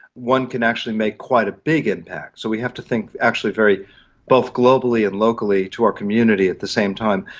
one can actually make quite a big impact. so we have to think actually both globally and locally to our community at the same time.